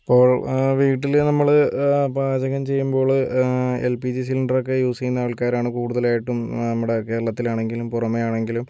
ഇപ്പോള് വീട്ടില് നമ്മള് പാചകം ചെയ്യുമ്പള് എല് പി ജി സിലിണ്ടര് ഒക്കെ യൂസ് ചെയ്യുന്ന ആള്ക്കാരാണ് കൂടുതലായിട്ടും നമ്മടെ കേരളത്തിലാണെങ്കിലും പുറമെയാണെങ്കിലും